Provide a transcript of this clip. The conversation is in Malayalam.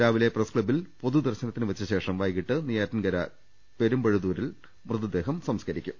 രാവിലെ പ്രസ്ക്ത ബ്ബിൽ പൊതുദർശനത്തിന് വെച്ച ശേഷം വൈകീട്ട് നെയ്യാറ്റിൻകര പെരുംപഴുതൂരിൽ സംസ്കരിക്കും